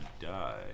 die